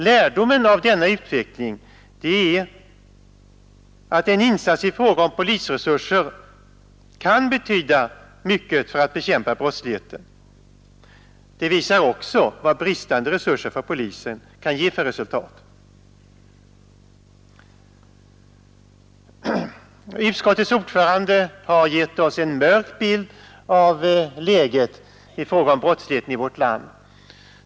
Lärdomen av denna utveckling är att en insats i fråga om polisresurser kan betyda mycket för att bekämpa brottsligheten, och den visar också vilka resultat bristande resurser för polisen kan ge. Utskottets ordförande har givit oss en mörk bild av läget i fråga om brottsligheten i vårt land.